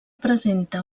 presenta